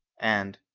and,